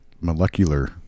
molecular